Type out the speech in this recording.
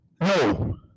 no